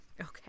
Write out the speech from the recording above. okay